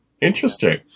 Interesting